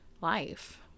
life